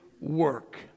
work